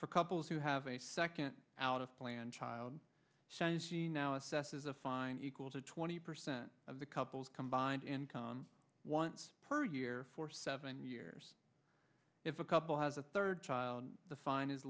for couples who have a second out of plan child says she now assesses a fine equal to twenty percent of the couple's combined income once per year for seven years if a couple has a third child the fine is